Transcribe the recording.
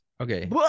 Okay